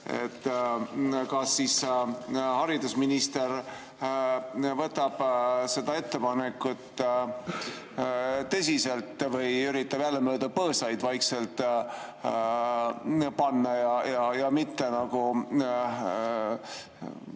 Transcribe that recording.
Kas haridusminister võtab seda ettepanekut tõsiselt või üritab jälle mööda põõsaid vaikselt panna ja